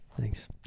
Thanks